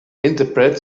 interpret